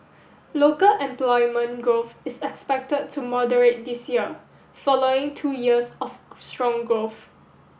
local employment growth is expected to moderate this year following two years of strong growth